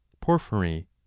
Porphyry